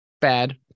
bad